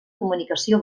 comunicació